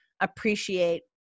appreciate